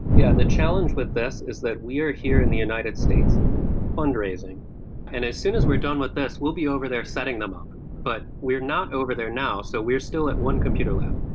yeah the challenge with this is that we are here in the united states fund raising. and as soon as we're done with this, we'll be over there setting them up. but we're not over there now, so we're still at one computer lab.